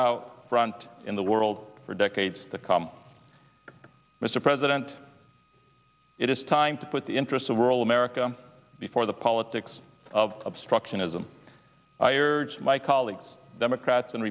out front in the world for decades to come mr president it is time to put the interests of rural america before the politics of obstructionism i urge my colleagues democrats and